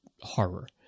horror